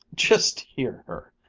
just hear her!